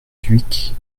dhuicq